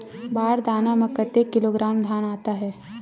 बार दाना में कतेक किलोग्राम धान आता हे?